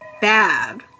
bad